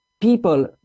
people